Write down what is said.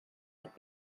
would